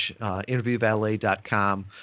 interviewvalet.com